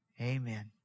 Amen